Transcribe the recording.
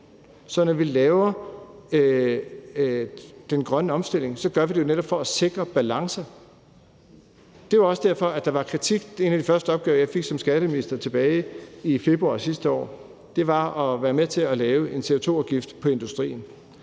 Så når vi laver den grønne omstilling, gør vi det netop for at sikre en balance. Kl. 11:13 Det var også derfor, der var kritik. En af de første opgaver, jeg fik som skatteminister tilbage i februar sidste år, var at være med til at lave en CO2-afgift på industrien.